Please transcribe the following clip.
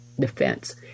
defense